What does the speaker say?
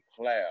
cloud